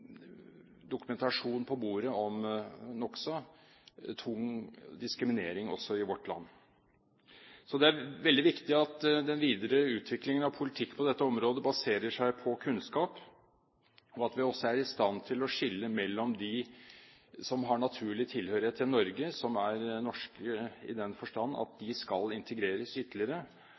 på bordet dokumentasjon om en nokså tung diskriminering, også i vårt land. Så det er veldig viktig at den videre utvikling av politikk på dette området baserer seg på kunnskap. Vi må også være i stand til å skille her med tanke på dem som har naturlig tilhørighet til Norge, som er norske og i den forstand skal integreres ytterligere.